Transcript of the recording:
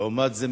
ולעומת זה,